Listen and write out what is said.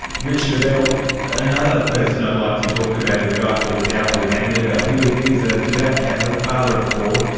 richard abel, another person i'd like to talk about is a guy called darrel vandeveld. he was he was a devout catholic, father of four,